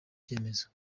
cyemezo